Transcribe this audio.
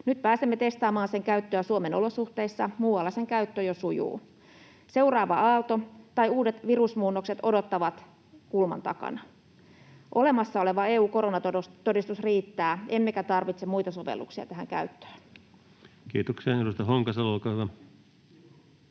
Nyt pääsemme testaamaan sen käyttöä Suomen olosuhteissa, muualla sen käyttö jo sujuu. Seuraava aalto tai uudet virusmuunnokset odottavat kulman takana. Olemassa oleva EU-koronatodistus riittää, emmekä tarvitse muita sovelluksia tähän käyttöön. [Speech 14] Speaker: